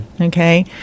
okay